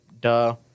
duh